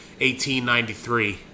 1893